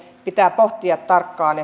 pitää pohtia tarkkaan